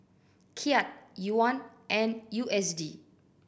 Kyat Yuan and U S D